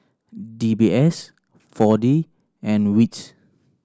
D B S Four D and wits